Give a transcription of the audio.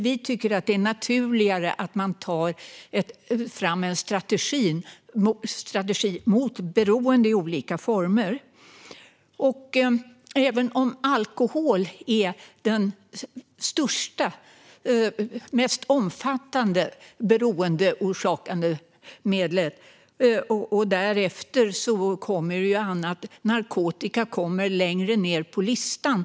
Vi tycker att det är naturligare att man tar fram en strategi mot beroende i olika former. Alkohol är det största och mest omfattande beroendeorsakande medlet, och därefter kommer annat - narkotika kommer längre ned på listan.